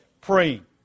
praying